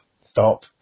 stop